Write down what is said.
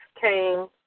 came